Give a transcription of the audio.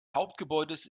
hauptgebäudes